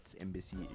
Embassy